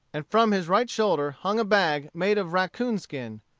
and from his right shoulder hung a bag made of raccoon skin,